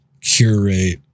curate